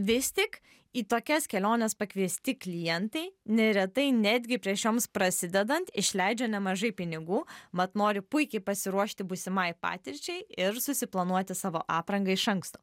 vis tik į tokias keliones pakviesti klientai neretai netgi prieš joms prasidedant išleidžia nemažai pinigų mat nori puikiai pasiruošti būsimai patirčiai ir susiplanuoti savo aprangą iš anksto